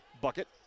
bucket